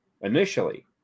initially